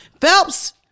Phelps